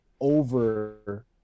over